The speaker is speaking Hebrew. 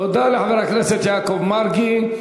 תודה לחבר הכנסת יעקב מרגי.